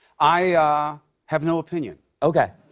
i ah have no opinion. okay.